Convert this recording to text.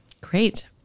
Great